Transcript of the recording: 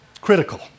Critical